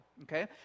okay